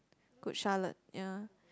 Good-Charlotte ya